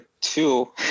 two